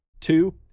Two